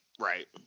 Right